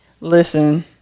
Listen